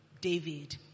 David